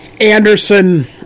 Anderson